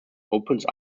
opens